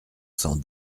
cent